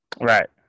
Right